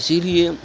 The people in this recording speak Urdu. اسی لیے